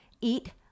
eat